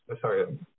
Sorry